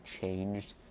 changed